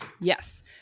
yes